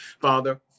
Father